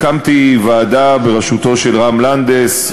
אני הקמתי ועדה בראשותו של רם לנדס,